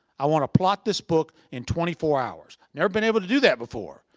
i want to plot this book in twenty four hours. never been able to do that before.